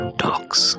talks